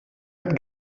hat